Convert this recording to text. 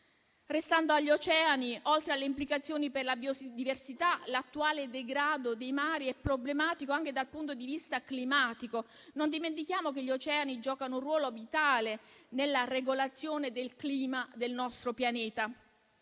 Restando agli oceani, oltre alle implicazioni per la biodiversità, l'attuale degrado dei mari è problematico anche dal punto di vista climatico. Non dimentichiamo che gli oceani giocano un ruolo vitale nella regolazione del clima del nostro pianeta.